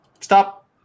stop